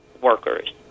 workers